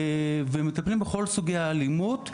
ומטפלים בכל סוגי האלימות.